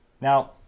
Now